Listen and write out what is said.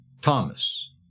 Thomas